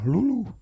Lulu